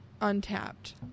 untapped